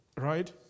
Right